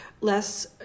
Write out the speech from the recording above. less